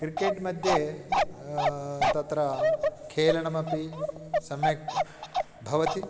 क्रिकेट्मध्ये तत्र खेलनमपि सम्यक् भवति